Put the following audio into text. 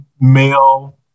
male